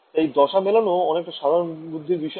তাই দশা মেলানো অনেকটা সাধারণ বুদ্ধির বিষয়